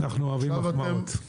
אנחנו אוהבים מחמאות.